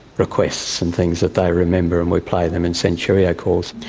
requests and things that they remember and we play them and send cheerio calls.